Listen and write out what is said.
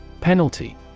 Penalty